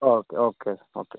okay okay okay